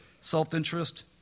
self-interest